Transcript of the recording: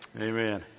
Amen